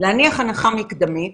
להניח הנחה מקדמית